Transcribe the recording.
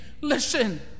listen